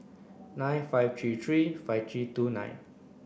nine five three three five three two nine